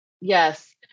Yes